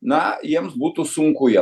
na jiems būtų sunku jiem